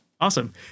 Awesome